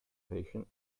patient